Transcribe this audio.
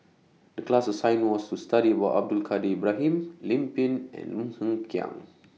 The class assignment was to study about Abdul Kadir Ibrahim Lim Pin and Lim Hng Kiang